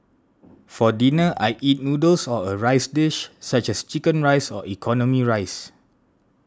for dinner I eat noodles or a rice dish such as Chicken Rice or economy rice